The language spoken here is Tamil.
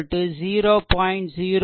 current i 0